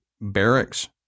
barracks